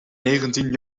negentien